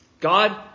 God